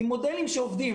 עם מודלים שעובדים,